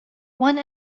one